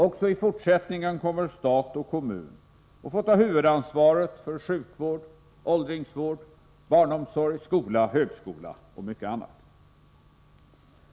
Också i fortsättningen kommer stat och kommun att få ta huvudansvaret för sjukvård, åldringsvård, barnomsorg, skola, högskola och mycket annat.